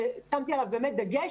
שמתי עליו דגש,